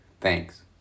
Thanks